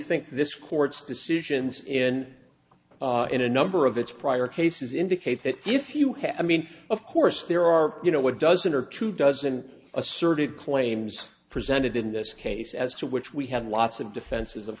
think this court's decisions and in a number of its prior cases indicate that if you have i mean of course there are you know what dozen or two dozen asserted claims presented in this case as to which we had lots of defenses of